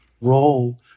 role